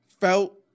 felt